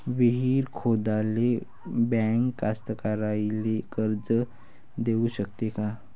विहीर खोदाले बँक कास्तकाराइले कर्ज देऊ शकते का?